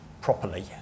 properly